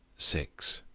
six.